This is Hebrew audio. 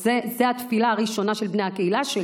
זאת התפילה הראשונה של בני הקהילה שלי.